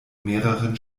mehreren